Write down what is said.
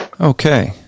Okay